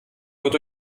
wird